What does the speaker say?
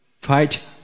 fight